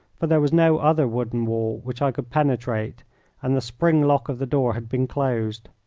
for there was no other wooden wall which i could penetrate and the spring lock of the door had been closed.